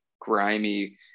grimy